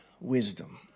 wisdom